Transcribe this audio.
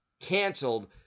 canceled